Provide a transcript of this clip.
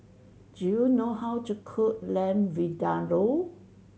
do you know how to cook Lamb Vindaloo